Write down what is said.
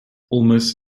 almost